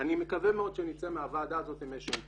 אני מקווה מאוד שנצא מהוועדה הזאת עם איזה שהם פתרונות.